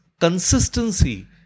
consistency